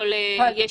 בכל יישוב.